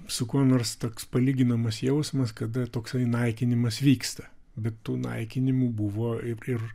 su kuo nors toks palyginamas jausmas kada toksai naikinimas vyksta bet tų naikinimų buvo ir